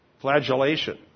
Flagellation